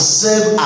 serve